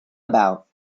about